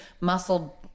muscle